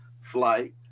flight